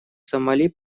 сомали